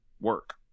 work